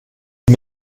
die